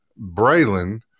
Braylon